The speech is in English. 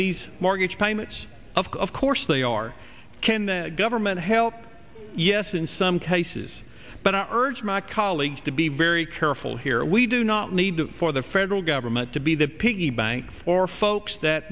these mortgage payments of course they are can the government help yes in some cases but urge my colleagues to be very careful here we do not need for the federal government to be the piggy bank for folks that